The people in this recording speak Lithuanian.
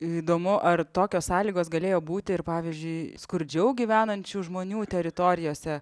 įdomu ar tokios sąlygos galėjo būti ir pavyzdžiui skurdžiau gyvenančių žmonių teritorijose